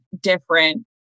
different